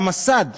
והמסד,